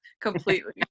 completely